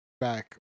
back